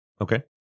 Okay